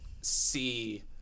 see